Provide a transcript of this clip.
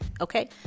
okay